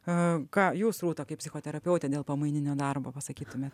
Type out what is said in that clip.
a ką jūs rūta kaip psichoterapeutė dėl pamaininio darbo pasakytumėt